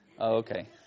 Okay